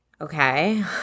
Okay